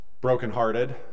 brokenhearted